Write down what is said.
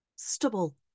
Stubble